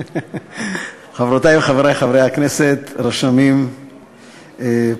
חברותי וחברי חברי הכנסת, רשמים פרלמנטריים,